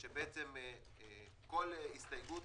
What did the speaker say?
שבעצם כל הסתייגות